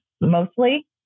mostly